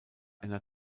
einer